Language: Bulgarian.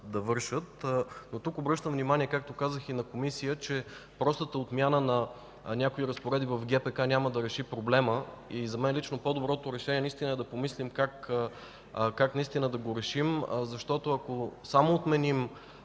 да вършат. Но тук обръщам внимание, както казах и на Комисията, че простата отмяна на някои разпоредби в ГПК няма да реши проблема. За мен лично по-доброто решение е наистина да помислим как да го решим, защото ако само отменим